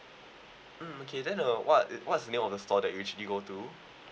mm okay then uh what what is the name of the store that you usually go to